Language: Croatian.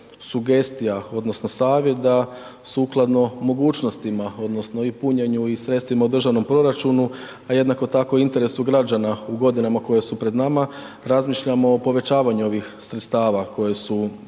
sugestija odnosno savjet da sukladno mogućnostima odnosno i punjenju i sredstvima u državnom proračunu, a jednako tako i interesu građana u godinama koje su pred nama razmišljamo o povećavanju ovih sredstava koja su